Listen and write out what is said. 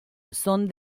son